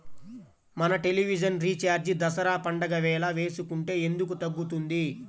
మన television recharge Dasara పండగ వేళ వేసుకుంటే ఎందుకు తగ్గుతుంది?